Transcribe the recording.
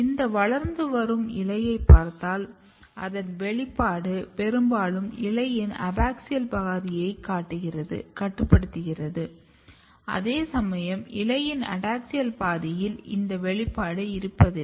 இந்த வளர்ந்து வரும் இலையைப் பார்த்தல் அதன் வெளிப்பாடு பெரும்பாலும் இலையின் அபாக்சியல் பாதியை கட்டுப்படுத்துகிறது அதேசமயம் இலையின் அடாக்ஸியல் பாதியில் இந்த வெளிப்பாடு இருப்பதில்லை